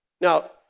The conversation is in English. Now